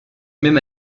même